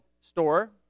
store